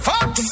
Fox